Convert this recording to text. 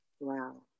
Wow